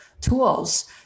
tools